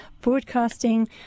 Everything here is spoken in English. broadcasting